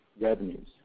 revenues